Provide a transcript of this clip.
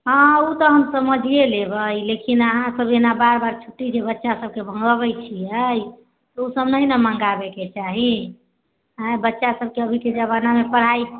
हँ हँ ओ तऽ हम समझिये लेबै लेकिन अहाँ सब एना बार बार छुट्टी जे बच्चा सबके मंगबै छियै ओ सब नहि न मंगाबै के चाही आइ बच्चा सबके अभी जबाना मे पढाइ